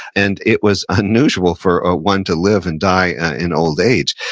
and it was unusual for ah one to live and die in old age.